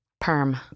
perm